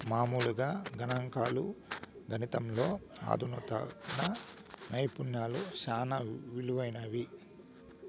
మామూలుగా గణంకాలు, గణితంలో అధునాతన నైపుణ్యాలు సేనా ఇలువైనవి